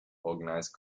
organized